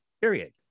period